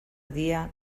dia